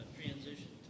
transition